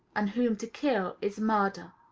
and whom to kill is murder?